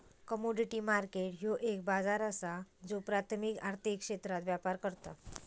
commodity market ह्यो एक बाजार असा ज्यो प्राथमिक आर्थिक क्षेत्रात व्यापार करता